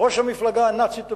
ראש המפלגה הנאצית הבריטית.